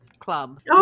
Club